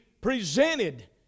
presented